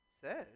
says